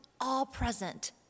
all-present